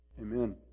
Amen